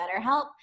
BetterHelp